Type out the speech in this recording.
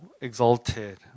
exalted